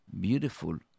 beautiful